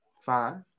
Five